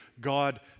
God